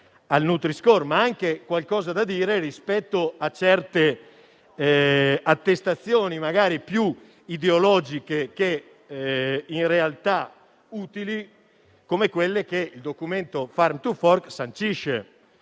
ma anche qualcosa da dire rispetto a certe attestazioni più ideologiche che utili, come quelle che il documento Farm to fork sancisce.